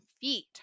feet